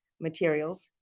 materials,